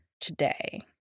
today